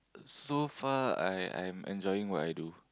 so far I I'm enjoying what i do